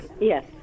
Yes